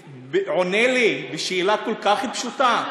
שעונה לי על שאלה כל כך פשוטה,